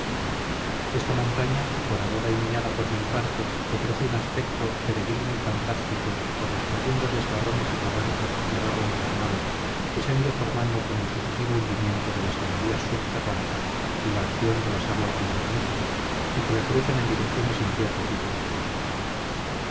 esta montaña horadada y minada por mil partes ofrece un aspecto peregrino y fantástico por los profundos desgarrones y barrancos de barro encarnado que se han ido formando con el sucesivo hundimiento de las galerías subterráneas y la acción de las aguas invernizas y que la cruzan en direcciones inciertas y tortuosas